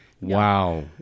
Wow